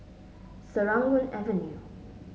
Serangoon Avenue